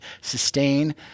sustain